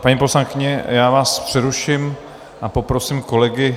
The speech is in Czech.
Paní poslankyně, já vás přeruším a poprosím kolegy...